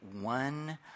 one